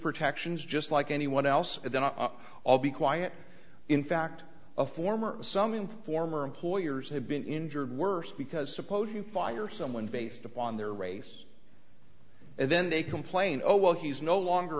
protections just like anyone else and then all be quiet in fact a former some in former employers have been injured worse because suppose you fire someone based upon their race and then they complain oh well he's no longer